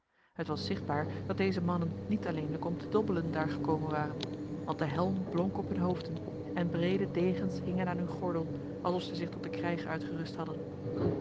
het was zichtbaar dat deze mannen niet alleenlijk om te dobbelen daar gekomen waren want de helm blonk op hun hoofden en brede degens hingen aan hun gordel alsof zij zich tot de krijg uitgerust hadden